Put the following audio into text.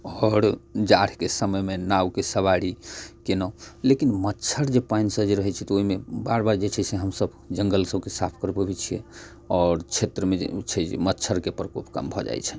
आओर जाड़ के समयमे नावके सवारी केलहुॅं लेकिन मच्छर जे पानि सऽ जे रहै छै तऽ ओहिमे बार बार जे छै से हमसब जंगल सबके साफ करबाबै छियै आओर क्षेत्र मे जे छै मच्छर के प्रकोप कम भऽ जाइ छै